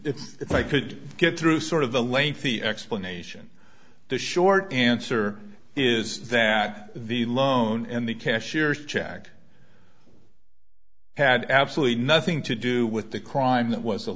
and if i could get through sort of a lengthy explanation the short answer is that the loan in the cashier's check had absolutely nothing to do with the crime that was a